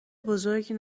بزرگی